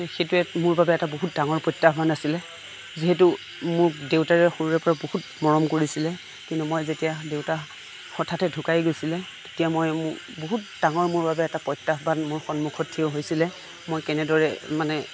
সেইটোৱেই মোৰ বাবে এটা বহুত ডাঙৰ প্ৰত্যাহ্বান আছিলে যিহেতু মোক দেউতাই সৰুৰে পৰা বহুত মৰম কৰিছিলে কিন্তু মই যেতিয়া দেউতা হঠাতে ঢুকাই গৈছিলে তেতিয়া মই বহুত ডাঙৰ মোৰ বাবে এটা প্ৰত্যাহ্বান মোৰ সন্মুখত থিয় হৈছিলে মই কেনেদৰে মানে